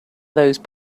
those